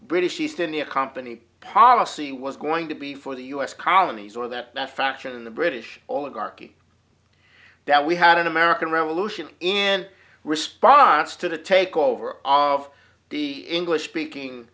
british east india company policy was going to be for the u s colonies or that that faction in the british all of archy that we had an american revolution in response to the takeover of the english speaking